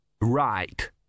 right